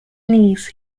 these